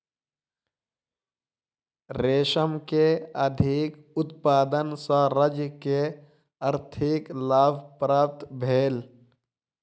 रेशम के अधिक उत्पादन सॅ राज्य के आर्थिक लाभ प्राप्त भेल